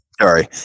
Sorry